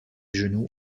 genoux